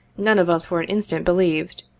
none of us for an instant believed.